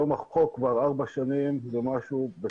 היום בחוק כבר ארבע שנים בתוקף,